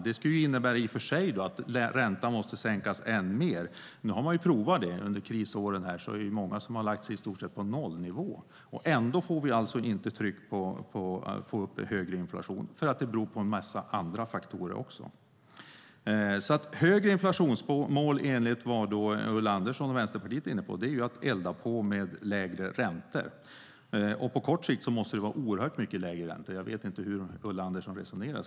Det skulle i och för sig innebära att räntan måste sänkas än mer. Man har ju provat det under krisåren, när många har lagt sig på i stort sett nollnivå. Och ändå får vi alltså inte ett tryck på högre inflation, för det beror på en massa andra faktorer. Högre inflationsmål enligt vad Ulla Andersson och Vänsterpartiet är inne på är att elda på med lägre räntor. På kort sikt måste det vara oerhört mycket lägre räntor. Jag vet inte hur Ulla Andersson resonerar.